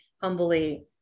humbly